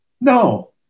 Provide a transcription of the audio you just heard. No